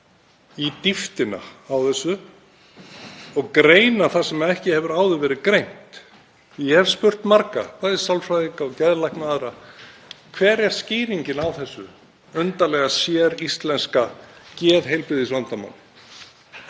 í dýptina á þessu og greina það sem ekki hefur áður verið greint. Ég hef spurt marga, bæði sálfræðinga og geðlækna: Hver er skýringin á þessu undarlega, séríslenska geðheilbrigðisvandamáli?